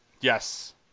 Yes